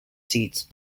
seeds